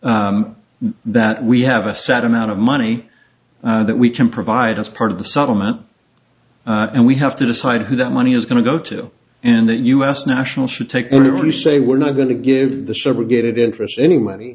that we have a set amount of money that we can provide as part of the settlement and we have to decide who that money is going to go to and that u s national should take and if you say we're not going to give the subrogated interest any money